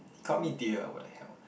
he called me dear what the hell